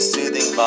Soothing